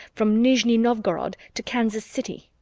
from nizhni novgorod to kansas city!